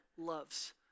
loves